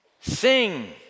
Sing